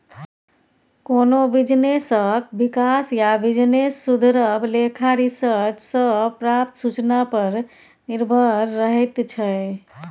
कोनो बिजनेसक बिकास या बिजनेस सुधरब लेखा रिसर्च सँ प्राप्त सुचना पर निर्भर रहैत छै